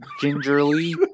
gingerly